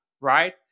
right